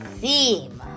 theme